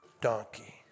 donkey